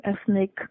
ethnic